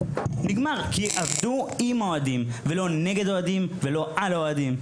נגמר כי עבדו עם אוהדים ולא נגד האוהדים ולא על האוהדים,